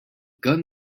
gun